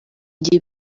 gihe